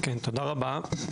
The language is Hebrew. תודה רבה.